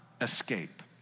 escape